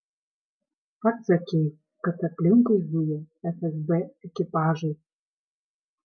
pats sakei kad aplinkui zuja fsb ekipažai